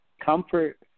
Comfort